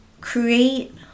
create